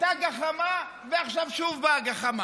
הייתה גחמה, ועכשיו שוב באה גחמה.